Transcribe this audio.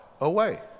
away